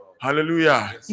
hallelujah